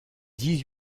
dix